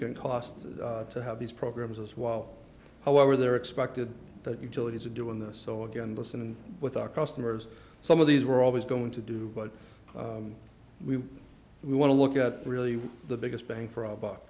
significant cost to have these programs as well however they're expected that utilities are doing this so again listen and with our customers some of these we're always going to do what we we want to look at really the biggest bang for our buck